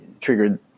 triggered